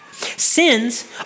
Sins